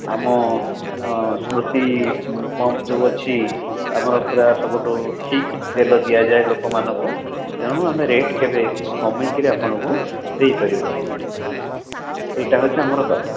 ଆମ ସ୍ମୃତି ପମ୍ପ ଯେଉଁ ଅଛି ଆମର ପୁରା ସବୁଠୁ ଠିକ୍ ତେଲ ଦିଆଯାଏ ଲୋକମାନଙ୍କୁ ତେଣୁ ଆମେ ରେଟ୍ କେବେ କମେଇକିରି ଆପଣଙ୍କୁ ଦେଇପାରିବୁ ନାହିଁ ଏଇଟା ହେଉଛି ଆମର କଥା